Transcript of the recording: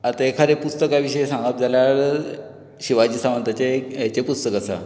आतां एकादे पुस्तका विशीं सांगप जाल्यार शिवाजी सावंताचें हाचें पुस्तक आसा